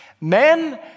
Men